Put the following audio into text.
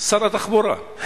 שר התחבורה.